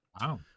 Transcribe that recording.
Wow